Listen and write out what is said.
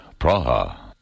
Praha